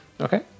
Okay